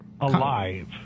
Alive